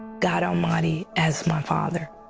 god almighty as my father.